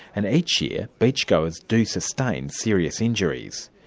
and each year, beachgoers do sustain serious injuries.